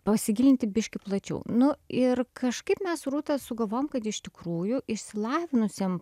pasigilinti biškį plačiau nu ir kažkaip mes su rūta sugalvojom kad iš tikrųjų išsilavinusiem